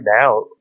now